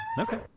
Okay